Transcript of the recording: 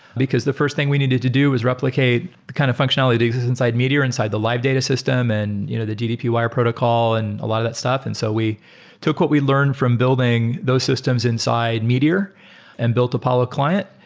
because the first thing we needed to do was replicate the kind of functionalities inside meteor, inside the live data system and you know the gdp wire protocol and a lot of that stuff. and so we took what we learned from building those systems inside meteor and built apollo client.